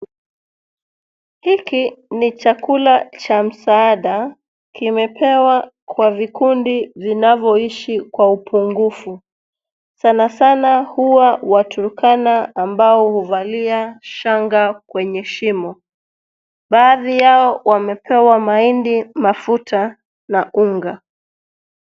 Hiki ni chakula cha msaada, kimepewa kwa vikundu zinavyoishi kwa upungufu sanasana huwa Waturkana ambao huvalia shanga kwenye shimo. Baadhi yao wamepewa mahindi, mafuta na unga.